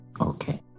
Okay